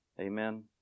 Amen